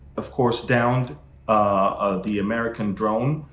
of course, downed ah the american drone.